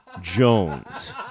Jones